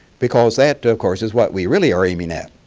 because that of course is what we really are aiming at.